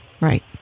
Right